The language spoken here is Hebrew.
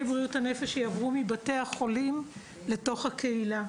בריאות הנפש יעברו מבתי החולים לתוך הקהילה.